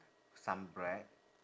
some bread